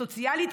סוציאלית,